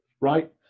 right